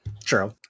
True